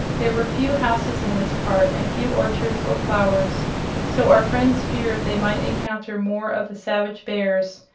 there were few houses in this part, and few orchards or flowers so our friends feared they might encounter more of the savage bears,